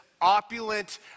opulent